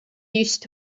used